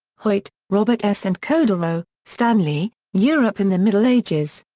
hoyt, robert s. and chodorow, stanley, europe in the middle ages.